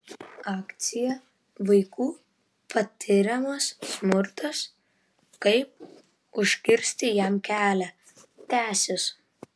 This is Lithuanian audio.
akcija vaikų patiriamas smurtas kaip užkirsti jam kelią tęsis